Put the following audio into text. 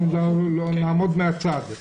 אנחנו לא נעמוד מהצד.